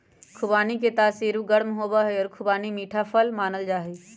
खुबानी के तासीर गर्म होबा हई और खुबानी मीठा फल मानल जाहई